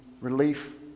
relief